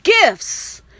gifts